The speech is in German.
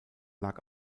lag